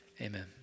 Amen